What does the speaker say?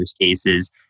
cases